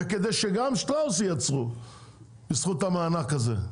וכדי שגם שטראוס ייצרו בזכות המענק הזה,